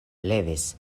levis